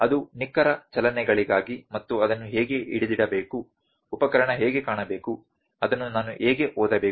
ಅದು ನಿಖರ ಚಲನೆಗಳಿಗಾಗಿ ಮತ್ತು ಅದನ್ನು ಹೇಗೆ ಹಿಡಿದಿಡಬೇಕು ಉಪಕರಣ ಹೇಗೆ ಕಾಣಬೇಕು ಅದನ್ನು ನಾನು ಹೇಗೆ ಓದಬೇಕು